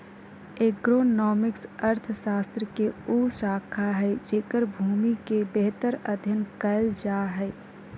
agronomics अर्थशास्त्र के उ शाखा हइ जेकर भूमि के बेहतर अध्यन कायल जा हइ